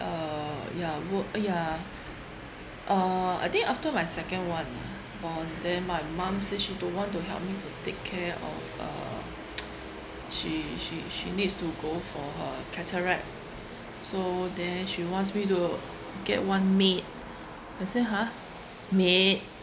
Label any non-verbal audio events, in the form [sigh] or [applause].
uh yeah work uh yeah uh I think after my second one ah on there my mum say she don't want to help me to take care of uh [noise] she she she needs to go for her cataract so then she wants me to get one maid I say !huh! maid